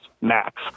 Max